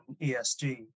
ESG